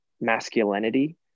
masculinity